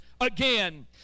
again